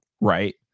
right